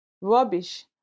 Rubbish